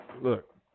Look